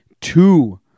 two